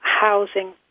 housing